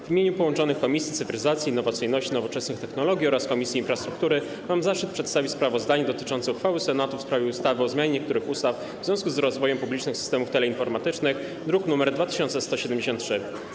W imieniu połączonych Komisji: Cyfryzacji, Innowacyjności i Nowoczesnych Technologii oraz Infrastruktury mam zaszczyt przedstawić sprawozdanie dotyczące uchwały Senatu w sprawie ustawy o zmianie niektórych ustaw w związku z rozwojem publicznych systemów teleinformatycznych, druk nr 2173.